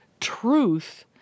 truth